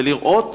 לראות